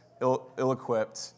ill-equipped